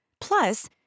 Plus